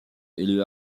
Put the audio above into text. élu